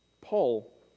Paul